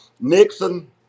nixon